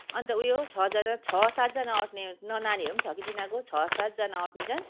अन्त उयो छजना छ सातजना आँट्ने न नानीहरू पनि छ कि तिनीहरूको छ सातजना आँट्ने चाहिँ